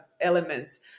elements